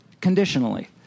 conditionally